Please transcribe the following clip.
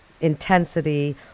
intensity